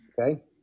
Okay